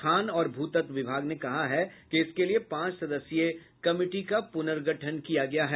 खान और भू तत्व विभाग ने कहा है कि इसके लिए पांच सदस्यीय कमीटी का पुर्गठन किया गया है